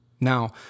Now